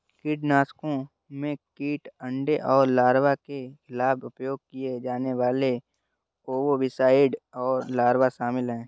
कीटनाशकों में कीट अंडे और लार्वा के खिलाफ उपयोग किए जाने वाले ओविसाइड और लार्वा शामिल हैं